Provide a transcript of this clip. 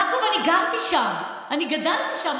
יעקב, אני גרתי שם, אני גדלתי שם.